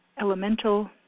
elemental